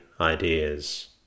ideas